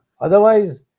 otherwise